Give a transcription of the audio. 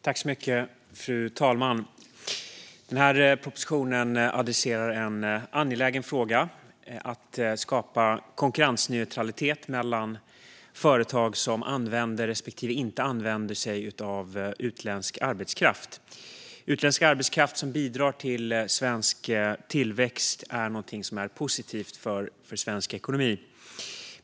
Fru talman! Denna proposition adresserar en angelägen fråga om att skapa konkurrensneutralitet mellan företag som använder respektive inte använder sig av utländsk arbetskraft. Utländsk arbetskraft som bidrar till svensk tillväxt är någonting som är positivt för svensk ekonomi.